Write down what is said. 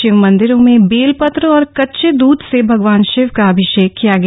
शिव मंदिरों में बेलपत्र और कच्चे द्वध से भगवान शिव का अभिषेक किया गया